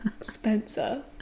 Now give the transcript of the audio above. Spencer